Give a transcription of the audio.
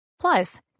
Plus